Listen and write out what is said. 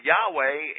Yahweh